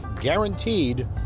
guaranteed